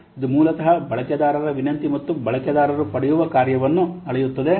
ಆದ್ದರಿಂದ ಇದು ಮೂಲತಃ ಬಳಕೆದಾರರ ವಿನಂತಿ ಮತ್ತು ಬಳಕೆದಾರರು ಪಡೆಯುವ ಕಾರ್ಯವನ್ನು ಅಳೆಯುತ್ತದೆ